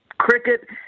cricket